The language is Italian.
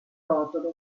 rotolo